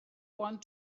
want